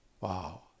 Wow